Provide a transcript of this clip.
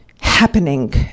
happening